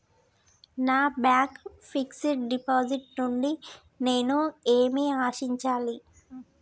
నా bank fixed deposit నుండి నేను ఏమి ఆశించాలి?